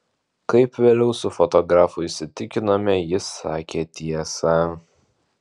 kaip vėliau su fotografu įsitikinome jis sakė tiesą